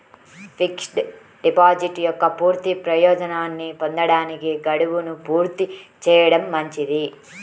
fixed deposit యొక్క పూర్తి ప్రయోజనాన్ని పొందడానికి, గడువును పూర్తి చేయడం మంచిది